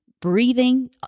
breathing